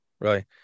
right